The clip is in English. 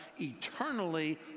eternally